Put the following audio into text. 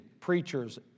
preachers